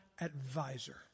advisor